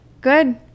Good